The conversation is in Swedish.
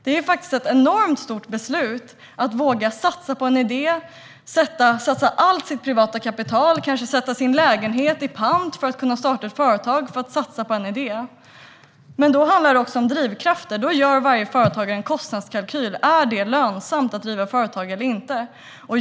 Det är faktiskt ett enormt stort beslut att våga satsa på en idé, satsa allt sitt privata kapital och kanske sätta sin lägenhet i pant för att kunna starta ett företag. Men då handlar det också om drivkrafter. Då gör varje företagare en kostnadskalkyl: Är det lönsamt att driva företag eller inte?